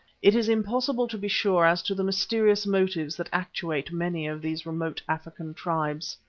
it is impossible to be sure as to the mysterious motives that actuate many of these remote african tribes.